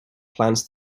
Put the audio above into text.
plans